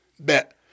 bet